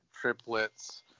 triplets